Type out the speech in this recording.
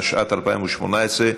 התשע"ט 2018,